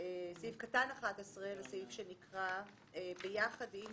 סעיף קטן (11) הוא סעיף שנקרא יחד עם